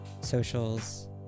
socials